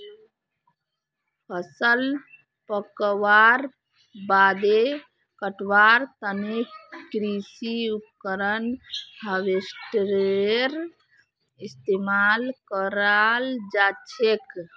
फसल पकवार बादे कटवार तने कृषि उपकरण हार्वेस्टरेर इस्तेमाल कराल जाछेक